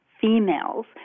females